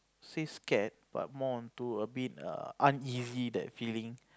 say scared but more on to a bit err uneasy that feeling